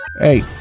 Hey